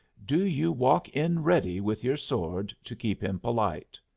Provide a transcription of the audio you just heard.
do you walk in ready with your sword to keep him polite.